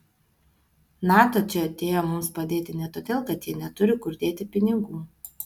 nato čia atėjo mums padėti ne todėl kad jie neturi kur dėti pinigų